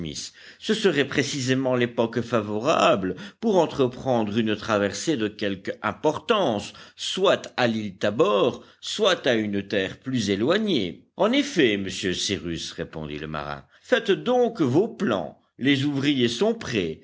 ce serait précisément l'époque favorable pour entreprendre une traversée de quelque importance soit à l'île tabor soit à une terre plus éloignée en effet monsieur cyrus répondit le marin faites donc vos plans les ouvriers sont prêts